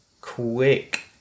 Quick